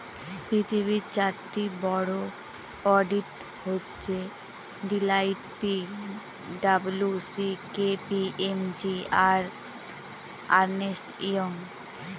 পৃথিবীর চারটি বড়ো অডিট হচ্ছে Deloitte P W C K P M G আর আর্নেস্ট ইয়ং